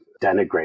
denigrate